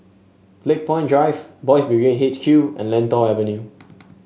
Lakepoint Drive Boys' Brigade H Q and Lentor Avenue